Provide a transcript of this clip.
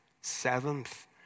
Seventh